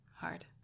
hard